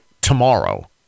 tomorrow